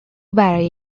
برای